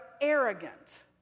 arrogant